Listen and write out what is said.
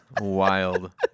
wild